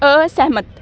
ਅਸਹਿਮਤ